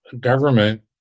government